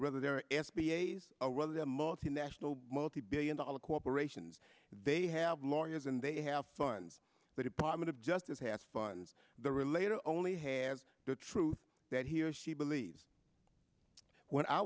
rather their s b a's or rather the multinational multibillion dollar corporations they have lawyers and they have funds the department of justice has funds the related only has the truth that he or she believes when i